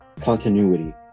continuity